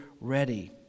ready